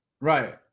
Right